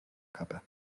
capa